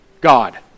God